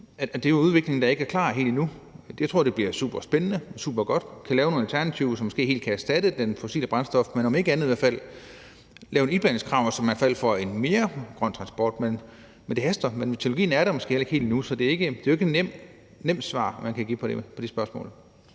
gik på, at udviklingen ikke er helt klar endnu. Jeg tror, det bliver superspændende og supergodt, og at man kan lave nogle alternativer, som måske helt kan erstatte det fossile brændstof, men om ikke andet i hvert fald lave et iblandingskrav, så man i hvert fald får en mere grøn transport. Det haster, men teknologien er der måske heller ikke helt endnu, så det er ikke nemt at svare på det spørgsmål.